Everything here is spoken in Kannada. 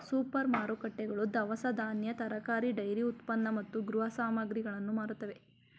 ಸೂಪರ್ ಮಾರುಕಟ್ಟೆಗಳು ದವಸ ಧಾನ್ಯ, ತರಕಾರಿ, ಡೈರಿ ಉತ್ಪನ್ನ ಮತ್ತು ಗೃಹ ಸಾಮಗ್ರಿಗಳನ್ನು ಮಾರುತ್ತವೆ